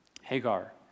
Hagar